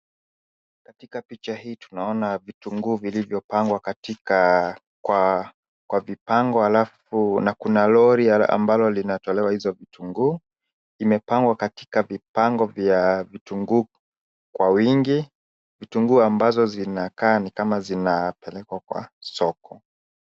Katika picha hii tunaona vitunguu vilivyo pangwa katika kwa vipango alafu na kuna lori ambalo linatolewa hizo vitunguu. Imepangwa katika vipango vya vitungu kwa wingi vitungu ambazo zinakaa ni kama zinapelekwa kwa soko.